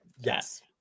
Yes